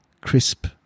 crisp